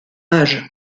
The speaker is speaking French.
âge